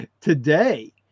today